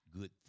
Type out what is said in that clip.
good